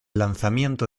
lanzamiento